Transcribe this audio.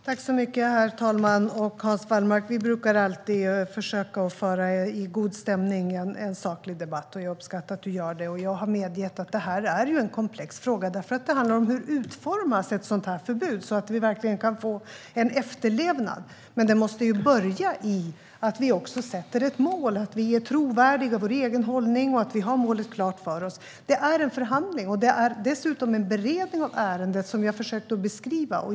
Herr talman! Vi brukar alltid försöka att föra en saklig debatt i god stämning, Hans Wallmark. Jag uppskattar att du gör det. Jag har medgett att det är en komplex fråga. Hur utformas ett sådant förbud så att vi verkligen kan få en efterlevnad? Men det måste börja i att vi sätter ett mål, är trovärdiga i vår egen hållning och har målet klart för oss. Det är en förhandling, och det är dessutom en beredning av ärendet som jag har försökt att beskriva.